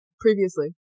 previously